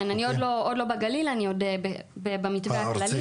כן, אני עוד לא בגליל, אני עוד במתווה הכללי.